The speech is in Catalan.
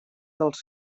dels